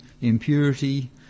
impurity